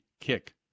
kick